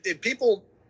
People